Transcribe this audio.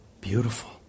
beautiful